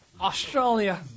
Australia